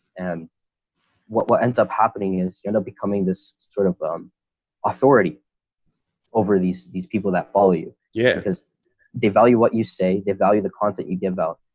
and what what ends up happening is you end up becoming this sort of um authority over these these people that follow you. yeah, because they value what you say they value the content you give out.